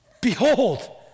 behold